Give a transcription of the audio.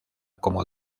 como